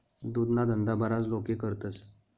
दुधना धंदा बराच लोके करतस